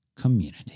community